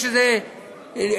יש 17 גופים,